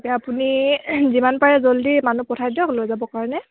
এতিয়া আপুনি যিমান পাৰে জল্ডি মানুহ পঠাই দিয়ক লৈ যাবৰ কাৰণে